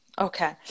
Okay